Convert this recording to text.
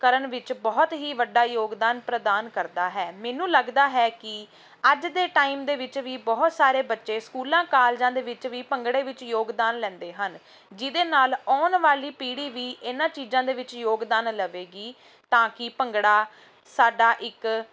ਕਰਨ ਵਿੱਚ ਬਹੁਤ ਹੀ ਵੱਡਾ ਯੋਗਦਾਨ ਪ੍ਰਦਾਨ ਕਰਦਾ ਹੈ ਮੈਨੂੰ ਲੱਗਦਾ ਹੈ ਕਿ ਅੱਜ ਦੇ ਟਾਈਮ ਦੇ ਵਿੱਚ ਵੀ ਬਹੁਤ ਸਾਰੇ ਬੱਚੇ ਸਕੂਲਾਂ ਕਾਲਜਾਂ ਦੇ ਵਿੱਚ ਵੀ ਭੰਗੜੇ ਵਿੱਚ ਯੋਗਦਾਨ ਲੈਂਦੇ ਹਨ ਜਿਹਦੇ ਨਾਲ ਆਉਣ ਵਾਲੀ ਪੀੜ੍ਹੀ ਵੀ ਇਹਨਾਂ ਚੀਜ਼ਾਂ ਦੇ ਵਿੱਚ ਯੋਗਦਾਨ ਲਵੇਗੀ ਤਾਂ ਕਿ ਭੰਗੜਾ ਸਾਡਾ ਇੱਕ